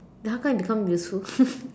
then how come I become useful